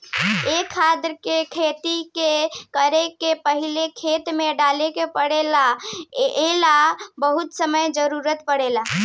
ए खाद के खेती करे से पहिले खेत में डाले के पड़ेला ए ला बहुत समय के जरूरत पड़ेला